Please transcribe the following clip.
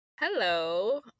Hello